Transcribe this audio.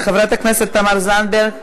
חברת הכנסת תמר זנדברג,